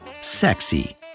sexy